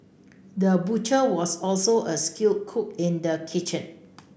the butcher was also a skilled cook in the kitchen